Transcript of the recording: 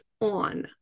on